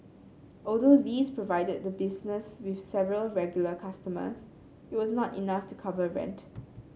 although these provided the business with several regular customers it was not enough to cover rent